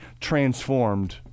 transformed